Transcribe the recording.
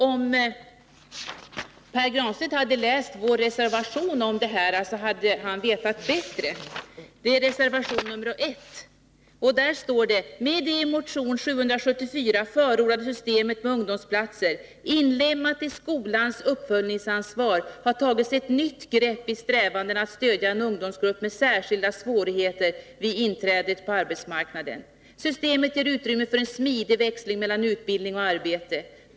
Om Pär Granstedt hade läst vår reservation nr 4, hade han vetat bättre. Där står det: ”Med det i motion 774 förordade systemet med ungdomsplatser, inlemmat i skolans uppföljningsansvar, har tagits ett nytt grepp i strävandena att stödja en ungdomsgrupp med särskilda svårigheter vid inträdet på arbetsmarknaden. Systemet ger utrymme för en smidig växling mellan utbildning och arbete.